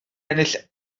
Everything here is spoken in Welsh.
ennill